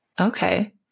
Okay